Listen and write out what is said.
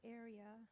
area